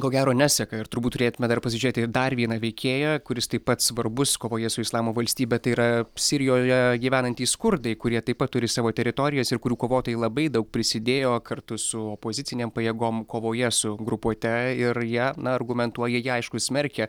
ko gero neseka ir turbūt turėtume dar pasižiūrėti į dar vieną veikėją kuris taip pat svarbus kovoje su islamo valstybe tai yra sirijoje gyvenantys kurdai kurie taip pat turi savo teritorijas ir kurių kovotojai labai daug prisidėjo kartu su opozicinėm pajėgom kovoje su grupuote ir jie na argumentuoja jie aišku smerkia